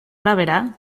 arabera